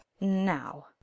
Now